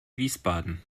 wiesbaden